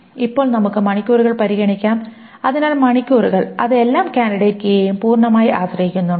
ഇപ്പോൾ നമുക്ക് മണിക്കൂറുകൾ പരിഗണിക്കാം അതിനാൽ മണിക്കൂറുകൾ അത് എല്ലാ കാൻഡിഡേറ്റ് കീയെയും പൂർണമായി ആശ്രയിക്കുന്നുണ്ടോ